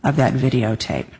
of that videotape